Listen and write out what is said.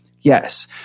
Yes